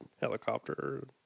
helicopter